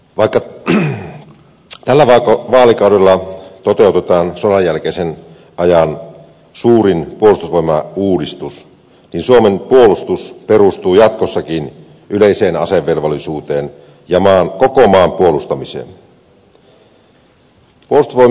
vaikka tällä vaalikaudella toteutetaan sodanjälkeisen ajan suurin puolustusvoimauudistus suomen puolustus perustuu jatkossakin yleiseen asevelvollisuuteen ja koko maan puolustamiseen